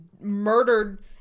murdered